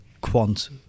quant